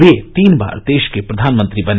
वे तीन बार देश के प्रधानमंत्री बने